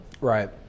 Right